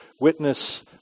witness